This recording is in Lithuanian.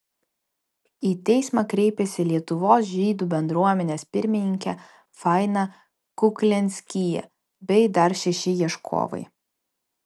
į teismą kreipėsi lietuvos žydų bendruomenės pirmininkė faina kuklianskyje bei dar šeši ieškovai